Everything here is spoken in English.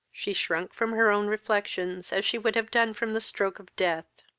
she shrunk from her own reflections as she would have done from the stroke of death.